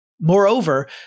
Moreover